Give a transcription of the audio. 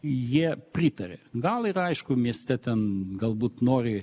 jie pritaria gal ir aišku mieste ten galbūt nori